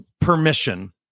permission